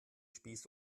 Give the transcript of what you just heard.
spieß